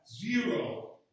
Zero